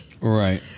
Right